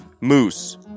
moose